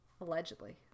Allegedly